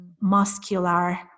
muscular